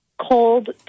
cold